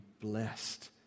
blessed